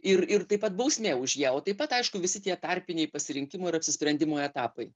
ir ir taip pat bausmė už ją o taip pat aišku visi tie tarpiniai pasirinkimo ir apsisprendimo etapai